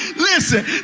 Listen